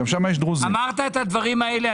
אמרת את הדברים הללו.